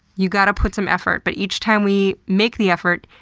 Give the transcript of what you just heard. you got to put some effort. but each time we make the effort,